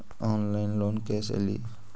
Online loan कैसे ली?